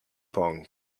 pong